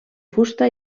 fusta